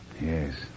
Yes